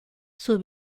sua